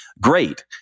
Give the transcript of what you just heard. Great